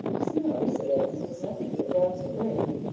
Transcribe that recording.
snow, said edmund, is nothing but drops of rain,